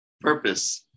purpose